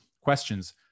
questions